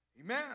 Amen